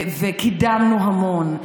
קידמנו המון,